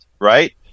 right